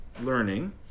learning